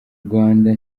rwanda